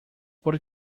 por